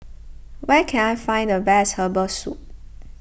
where can I find the best Herbal Soup